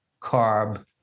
carb